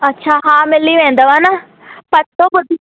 अच्छा हा मिली वेंदव ना पतो बधी